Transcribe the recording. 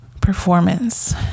performance